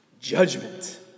Judgment